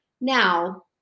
Now